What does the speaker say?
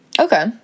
Okay